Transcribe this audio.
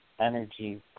energy